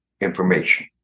information